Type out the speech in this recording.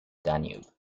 danube